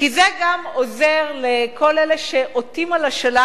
כי זה גם עוזר לכל אלה שעטים על השלל